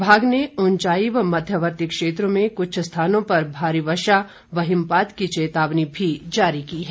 विभाग ने उंचाई व मध्यमवर्ती क्षेत्रों में कुछ स्थानों पर भारी वर्षा व हिमपात की चेतावनी भी जारी की है